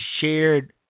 shared